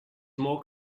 more